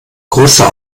großer